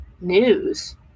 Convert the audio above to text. news